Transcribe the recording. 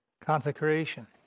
consecration